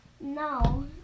No